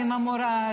עם מורל,